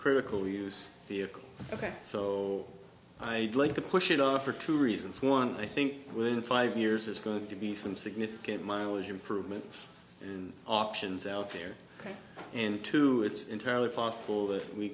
critical use vehicle ok so i'd like to push it off for two reasons one i think the five years is going to be some significant mileage improvement options out there and two it's entirely possible that we